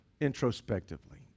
introspectively